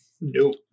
Nope